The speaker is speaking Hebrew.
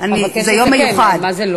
אבקש לסיים.